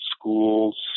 schools